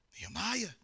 Nehemiah